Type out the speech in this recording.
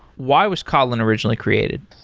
why was kotlin originally created?